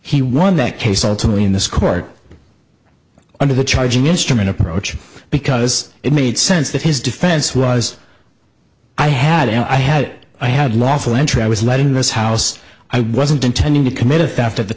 he won that case ultimately in this court under the charging instrument approach because it made sense that his defense was i had and i had it i had lawful entry i was letting this house i wasn't intending to commit a theft at the